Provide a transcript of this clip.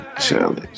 challenge